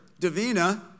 Davina